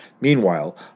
Meanwhile